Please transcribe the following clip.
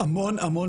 אין כמוך.